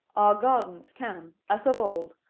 our gardens can, as of old,